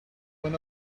when